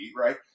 Right